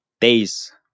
days